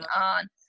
on